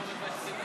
רבותיי השרים,